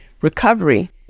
recovery